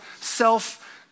self